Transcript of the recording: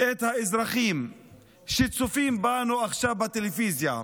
את האזרחים שצופים בנו עכשיו בטלוויזיה: